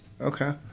okay